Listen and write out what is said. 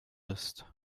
ist